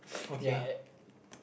okay